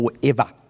forever